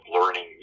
learning